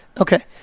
Okay